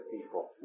people